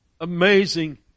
Amazing